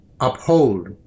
uphold